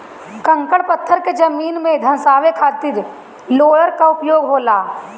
कंकड़ पत्थर के जमीन में धंसावे खातिर रोलर कअ उपयोग होला